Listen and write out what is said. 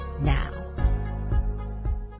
now